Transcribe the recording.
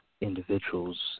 individuals